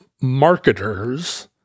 marketers